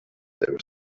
their